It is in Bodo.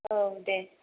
औ दे